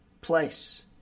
place